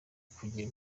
kugira